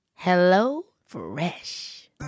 HelloFresh